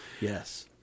Yes